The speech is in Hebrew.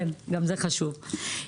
גם זה חשוב.